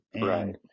Right